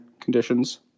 conditions